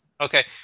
okay